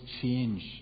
change